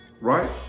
right